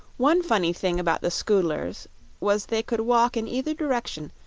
one funny thing about the scoodlers was they could walk in either direction,